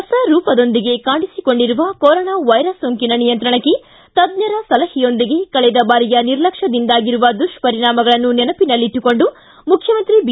ಹೊಸ ರೂಪದೊಂದಿಗೆ ಕಾಣಿಸಿಕೊಂಡಿರುವ ಕೊರೊನಾ ವೈರಸ್ ಸೋಂಕಿನ ನಿಯಂತ್ರಣಕ್ಕೆ ತಜ್ಜರ ಸಲಹೆಯೊಂದಿಗೆ ಕಳೆದ ಬಾರಿಯ ನಿರ್ಲಕ್ಷ್ಮದಿಂದಾಗಿರುವ ದುಷ್ಪರಿಣಾಮಗಳನ್ನು ನನಪಲ್ಲಿಟ್ಟುಕೊಂಡು ಮುಖ್ಯಮಂತ್ರಿ ಬಿ